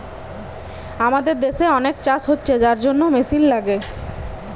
আমাদের দেশে অনেক চাষ হচ্ছে যার জন্যে মেশিন লাগে